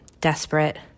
desperate